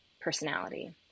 personality